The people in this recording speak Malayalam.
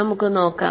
നമുക്ക് നോക്കാം